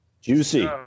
Juicy